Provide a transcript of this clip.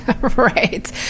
Right